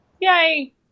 Yay